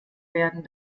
werden